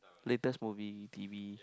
latest movie in T_V